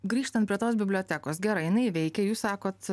grįžtant prie tos bibliotekos gerai jinai veikia jūs sakot